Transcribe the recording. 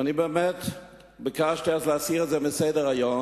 ואני באמת ביקשתי אז להסיר את זה מסדר-היום,